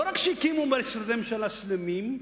לא רק שהקימו משרדי ממשלה שלמים,